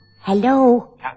Hello